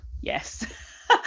yes